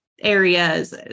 areas